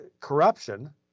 corruption